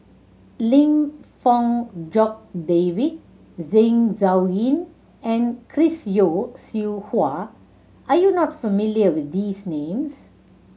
Lim Fong Jock David Zeng Shouyin and Chris Yeo Siew Hua are you not familiar with these names